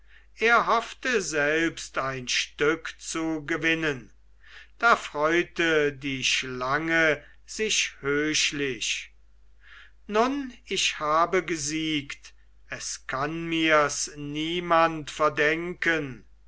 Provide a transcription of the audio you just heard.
er hoffte selbst ein stück zu gewinnen da freute die schlange sich höchlich nun ich habe gesiegt es kann mirs niemand verdenken